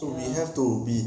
ya